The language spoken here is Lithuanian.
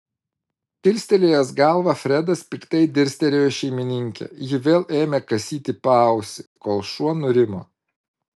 kilstelėjęs galvą fredas piktai dirstelėjo į šeimininkę ji vėl ėmė kasyti paausį kol šuo nurimo